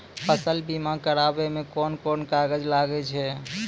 फसल बीमा कराबै मे कौन कोन कागज लागै छै?